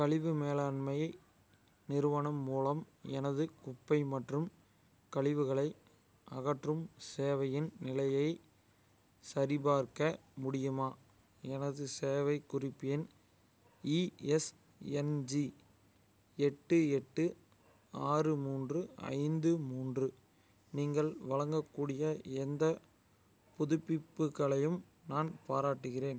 கழிவு மேலாண்மை நிறுவனம் மூலம் எனது குப்பை மற்றும் கழிவுகளை அகற்றும் சேவையின் நிலையைச் சரிபார்க்க முடியுமா எனது சேவை குறிப்பு எண் இஎஸ்என்ஜி எட்டு எட்டு ஆறு மூன்று ஐந்து மூன்று நீங்கள் வழங்கக்கூடிய எந்த புதுப்பிப்புகளையும் நான் பாராட்டுகின்றேன்